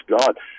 God